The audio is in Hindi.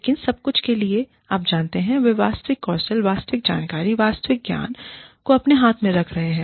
लेकिन सब कुछ के लिए आप जानते हैं वे वास्तविक कौशल वास्तविक जानकारी वास्तविक ज्ञान को अपने हाथों में रख रहे हैं